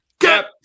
get